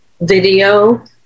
video